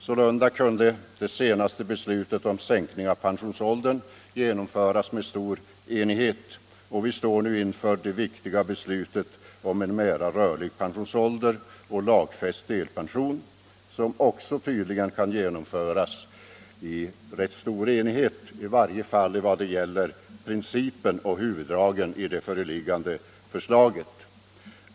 Sålunda kunde det senaste beslutet om sänkning av pensionsåldern genomföras i stor enighet, och vi står nu inför det viktiga beslutet om en mera rörlig pensionsålder och lagfäst delpension, som tydligen också kan genomföras i stor enighet, i varje fall vad gäller principen och huvuddragen i det föreliggande förslaget.